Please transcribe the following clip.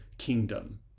kingdom